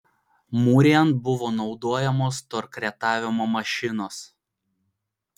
mūrijant buvo naudojamos torkretavimo mašinos